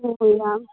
ꯎꯝ ꯌꯥꯝ